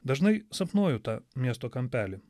dažnai sapnuoju tą miesto kampelį